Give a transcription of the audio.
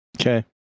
Okay